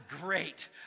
great